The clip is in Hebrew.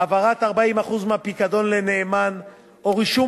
העברת 40% מהפיקדון לנאמן או רישום